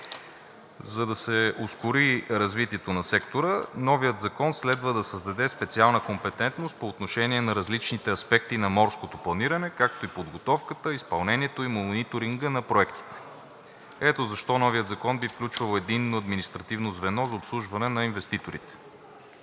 За да се ускори развитието на сектора, новият закон следва да създаде специална компетентност по отношение на различните аспекти на морското планиране, както и подготовката, изпълнението и мониторинга на проектите. Ето защо новият закон би включвал единно административно звено за обслужване на инвеститорите.